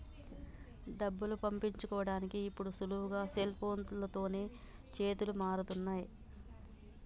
డబ్బులు పంపించుకోడానికి ఇప్పుడు సులువుగా సెల్ఫోన్లతోనే చేతులు మారుతున్నయ్